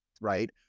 right